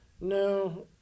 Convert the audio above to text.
no